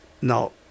Now